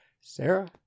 Sarah